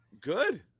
Good